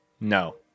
no